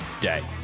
day